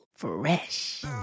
Fresh